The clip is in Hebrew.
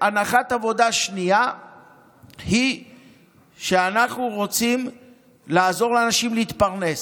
הנחת עבודה שנייה היא שאנחנו רוצים לעזור לאנשים להתפרנס.